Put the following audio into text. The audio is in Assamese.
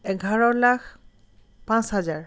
এঘাৰ লাখ পাঁচ হাজাৰ